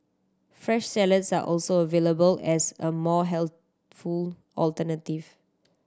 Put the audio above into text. fresh salads are also available as a more healthful alternative